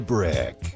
Brick